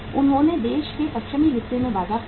उन्होंने देश के पश्चिमी हिस्से में बाजार खो दिया